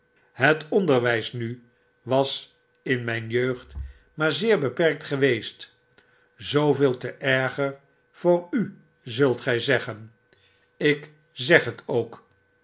het onderwijs nu was in mijn jeugd maar zeer beperkt geweest zooveel te erger voor u zult gij zeggen ik zeg het ook